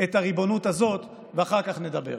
את הריבונות הזאת, ואחר כך נדבר.